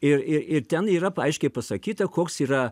ir ir ir ten yra aiškiai pasakyta koks yra